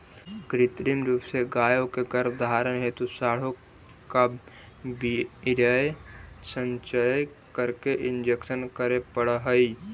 कृत्रिम रूप से गायों के गर्भधारण हेतु साँडों का वीर्य संचय करके इंजेक्ट करे पड़ हई